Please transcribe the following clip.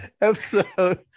Episode